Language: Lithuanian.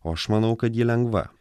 o aš manau kad ji lengva